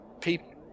people